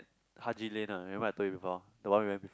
Haji Lane uh remember I told you before the one we went with